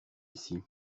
ici